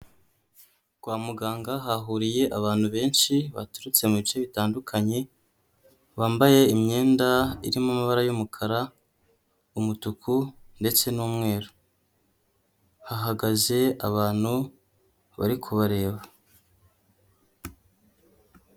Kwa muganga hahuriye abantu benshi baturutse mu bice bitandukanye, bambaye imyenda irimo amabara y'umukara, umutuku ndetse n'umweru. Hahagaze abantu bari kubareba.